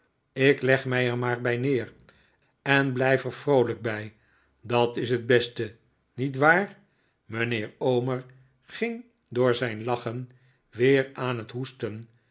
ik leg mij er maar bij neer en blijf er vroolijk bij dat is het beste niet waar mijnheer omer ging door zijn lachen weer aan het hoesten